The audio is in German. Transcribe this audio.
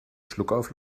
schluckauf